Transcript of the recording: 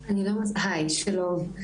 שלום.